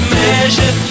measure